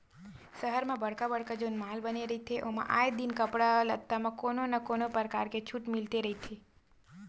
सहर म बड़का बड़का जउन माल बने रहिथे ओमा आए दिन कपड़ा लत्ता म कोनो न कोनो परकार के छूट मिलते रहिथे